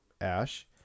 ash